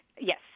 Yes